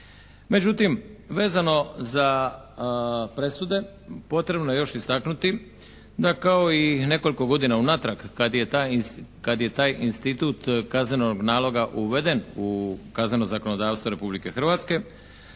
Međutim, vezano za presude potrebno je još istaknuti da kao i nekoliko godina unatrag kad je taj institut kaznenog naloga uveden u kazneno zakonodavstvo Republike Hrvatske